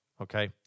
Okay